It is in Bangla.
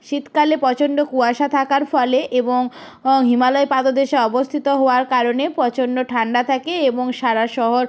শীতকালে প্রচণ্ড কুয়াশা থাকার ফলে এবং অ হিমালয় পাদদেশে অবস্থিত হওয়ার কারণে প্রচণ্ড ঠান্ডা থাকে এবং সারা শহর